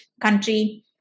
country